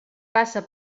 passa